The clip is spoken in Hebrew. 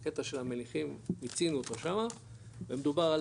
קטע של המליחים מצינו אותו שמה ומדובר על